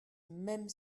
même